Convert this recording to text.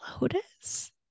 Lotus